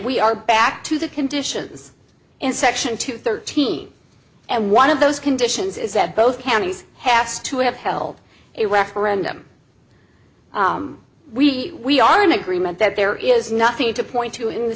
we are back to the conditions in section two thirteen and one of those conditions is that both counties have to have held a referendum we are in agreement that there is nothing to point to in the